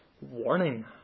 warning